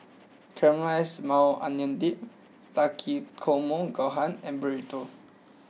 Caramelized Maui Onion Dip Takikomi Gohan and Burrito